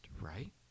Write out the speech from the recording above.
right